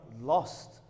lost